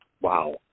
wow